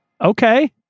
Okay